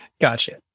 Gotcha